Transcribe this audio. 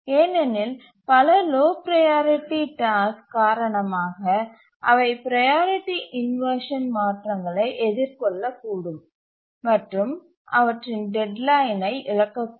ஏனெனில் பல low priority task காரணமாக அவை ப்ரையாரிட்டி இன்வர்ஷன் மாற்றங்களை எதிர்கொள்ளக்கூடும் மற்றும் அவற்றின் டெட்லைனை இழக்கக்கூடும்